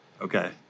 Okay